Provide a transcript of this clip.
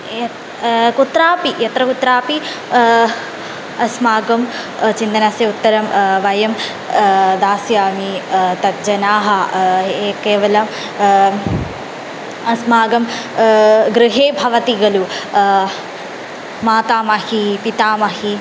यत् कुत्रापि यत्र कुत्रापि अस्माकं चिन्तनस्य उत्तरं वयं दास्यामि तत् जनाः केवलम् अस्माकं गृहे भवति खलु मातामही पितामही